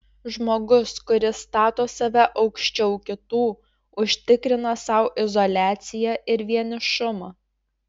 žmogus kuris stato save aukščiau kitų užtikrina sau izoliaciją ir vienišumą